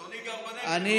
גם אדוני בנגב, לא?